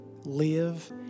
live